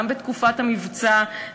גם בתקופת המבצע,